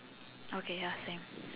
okay ya same